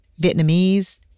Vietnamese